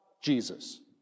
Jesus